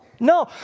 No